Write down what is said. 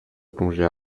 plongée